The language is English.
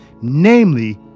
Namely